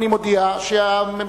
אני מודיע שהממשלה,